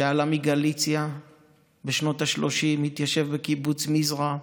שעלה מגליציה בשנות השלושים והתיישב בקיבוץ מזרע.